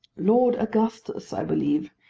lord augustus, i believe,